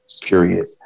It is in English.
period